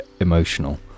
emotional